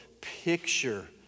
picture